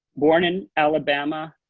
born in alabama,